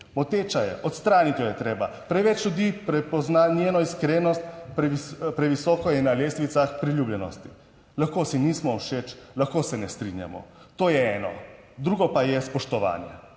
Moteča je, odstraniti jo je treba. Preveč ljudi prepozna njeno iskrenost, previsoko je na lestvicah priljubljenosti. Lahko si nismo všeč, lahko se ne strinjamo, to je eno, drugo pa je spoštovanje,